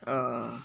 err